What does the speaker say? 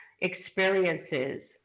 experiences